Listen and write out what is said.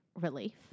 relief